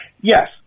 Yes